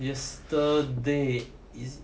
yesterday is